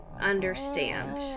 understand